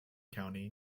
county